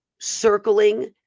circling